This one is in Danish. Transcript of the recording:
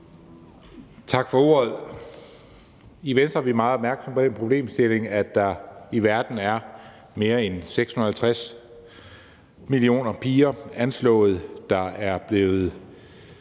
Tak for ordet. I Venstre er vi meget opmærksomme på den problemstilling, at der i verden er mere end 650 millioner piger, anslået, der er blevet